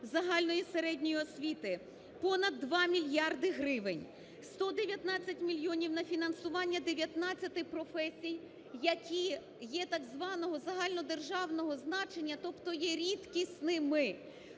загальної середньої освіти понад 2 мільярди гривень, 119 мільйонів – на фінансування 19 професій, які є так званого загальнодержавного значення, тобто є рідкісними.